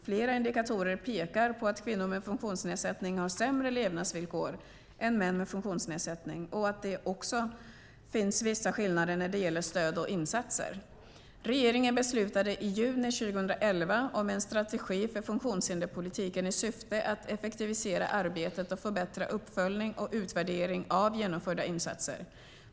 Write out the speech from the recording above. Flera indikatorer pekar på att kvinnor med funktionsnedsättning har sämre levnadsvillkor än män med funktionsnedsättning, och att det också finns vissa skillnader när det gäller stöd och insatser. Regeringen beslutade i juni 2011 om en strategi för funktionshinderspolitiken i syfte att effektivisera arbetet och förbättra uppföljning och utvärdering av genomförda insatser.